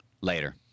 Later